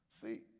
See